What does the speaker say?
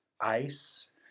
ice